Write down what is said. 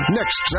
next